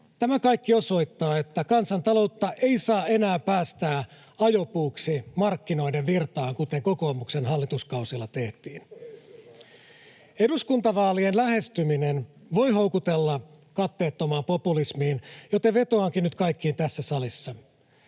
Tämä kaikki osoittaa, että kansantaloutta ei saa enää päästää ajopuuksi markkinoiden virtaan, kuten kokoomuksen hallituskausilla tehtiin. Eduskuntavaalien lähestyminen voi houkutella katteettomaan populismiin, joten vetoankin nyt kaikkiin tässä salissa: